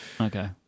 Okay